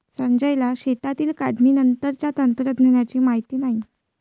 संजयला शेतातील काढणीनंतरच्या तंत्रज्ञानाची माहिती नाही